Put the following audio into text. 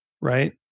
Right